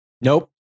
Nope